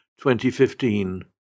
2015